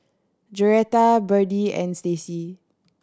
Joretta Byrdie and Stacy